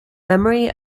memory